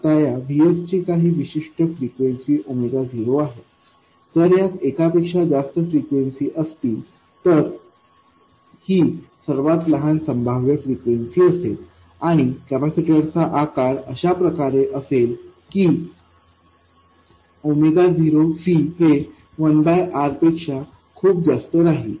आता याVSची काही विशिष्ट फ्रिक्वेन्सी 0आहे जर यात एकापेक्षा जास्त फ्रिक्वेन्सीं असतील तर ही सर्वात लहान संभाव्य फ्रिक्वेन्सी असेल आणि कॅपेसिटर चा आकार अशाप्रकारे असेल की 0C हे 1R पेक्षा खूप जास्त राहील